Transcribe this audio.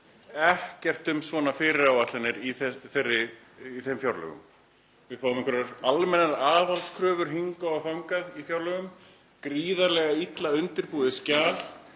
ekkert um slíkar fyrirætlanir í þeim fjárlögum. Við fáum einhverjar almennar aðhaldskröfur hingað og þangað í fjárlögum, gríðarlega illa undirbúið skjal